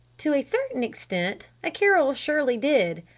to a certain extent a carol surely did.